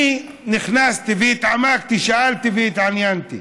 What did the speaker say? אני נכנסתי והתעמקתי, שאלתי והתעניינתי,